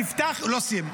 מאמין,